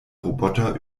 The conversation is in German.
roboter